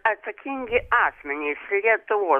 atsakingi asmenys lietuvos